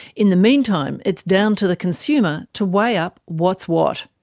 in the meantime, it's down to the consumer to weigh up what's what,